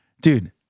dude